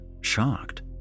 shocked